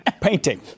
painting